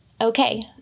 Okay